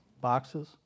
boxes